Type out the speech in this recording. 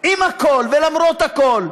עם הכול ולמרות הכול,